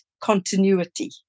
continuity